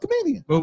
comedian